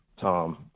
Tom